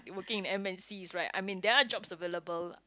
working in M_N_Cs right I mean there are jobs available lah